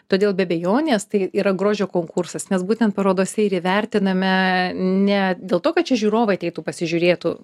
todėl be abejonės tai yra grožio konkursas nes būtent parodose ir įvertiname ne dėl to kad čia žiūrovai ateitų pasižiūrėtų